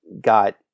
got